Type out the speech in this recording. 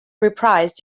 reprised